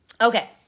Okay